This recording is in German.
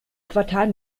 quartal